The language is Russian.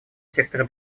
сектора